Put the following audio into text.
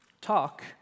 talk